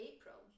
April